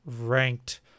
ranked